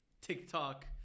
TikTok